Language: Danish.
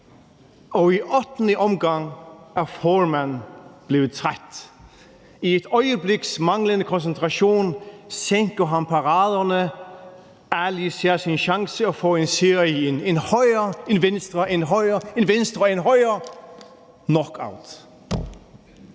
og i ottende omgang er Foreman blevet træt. I et øjebliks manglende koncentration sænker han paraderne, Ali ser sin chance og får en serie ind: en højre, en venstre, en højre, en venstre, en højre – knockout.